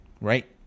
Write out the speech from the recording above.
right